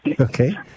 Okay